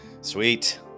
Sweet